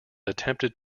attempted